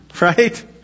right